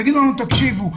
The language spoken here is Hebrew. תגידו לנו: תקשיבו,